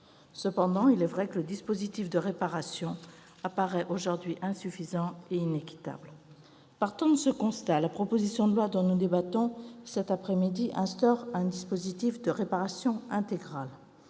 Cependant, il est vrai que le dispositif de réparation paraît aujourd'hui insuffisant et inéquitable. Partant de ce constat, la proposition de loi dont nous débattons cet après-midi instaure un dispositif de réparation intégrale.